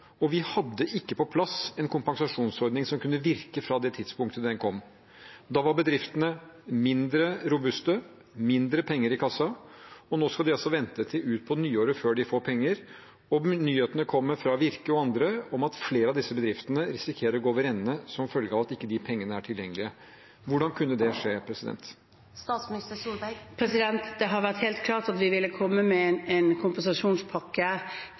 hadde vi ikke på plass en kompensasjonsordning som kunne virke fra det tidspunktet? Da var bedriftene mindre robuste, det var mindre penger i kassa, og nå skal de altså vente til utpå nyåret før de får penger. Nyhetene kommer fra Virke og andre om at flere av disse bedriftene risikerer å gå over ende som følge av at de pengene ikke er tilgjengelige. Hvordan kunne det skje? Det har vært helt klart at vi ville komme med en kompensasjonspakke